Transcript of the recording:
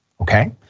okay